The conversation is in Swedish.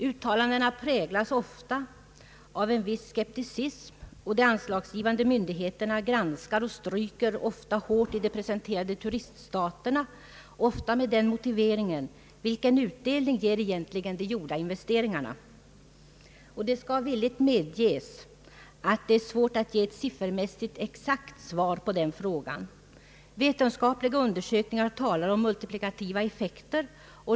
Uttalandena präglas ofta av en viss skepticism. De anslagsgivande myndigheterna granskar och stryker också ofta hårt i de presenterade turiststaterna, ibland med denna frågeställning som motivering: Vilken utdelning ger egentligen de gjorda investeringarna? Det skall villigt medges att det är svårt att ge ett siffermässigt exakt svar på den frågan. Vetenskapliga undersökningar talar om multiplikativa effekter.